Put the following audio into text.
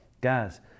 Guys